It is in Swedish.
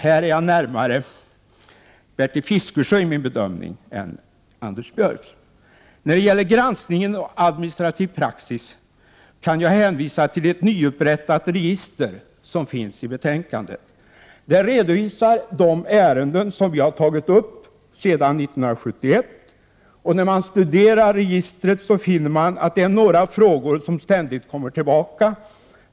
Här står jag närmare Bertil Fiskesjö än Anders Björck i min bedömning. När det gäller granskningen av administrativ praxis kan jag hänvisa till ett nyupprättat register, som finns i betänkandet. Det redovisar de ärenden vi har tagit upp sedan 1971. När man studerar registret finner man att det är några frågor som ständigt kommer tillbaka.